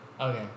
Okay